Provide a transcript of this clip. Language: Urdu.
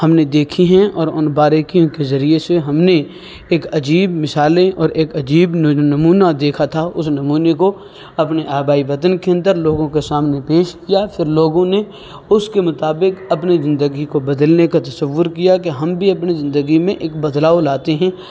ہم نے دیکھے ہیں اور ان باریکیوں کے ذریعے سے ہم نے ایک عجیب مثالیں اور ایک عجیب نمونہ دیکھا تھا اس نمونے کو اپنی آبائی وطن کے اندر لوگوں کے سامنے پیش کیا پھر لوگوں نے اس کے مطابق اپنے زندگی کو بدلنے کا تصور کیا کہ ہم بھی اپنی زندگی میں ایک بدلاؤ لاتے ہیں